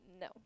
No